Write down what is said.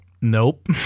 nope